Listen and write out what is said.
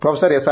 professor S